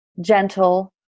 gentle